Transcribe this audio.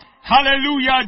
Hallelujah